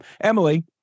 Emily